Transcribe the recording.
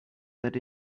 that